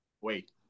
Wait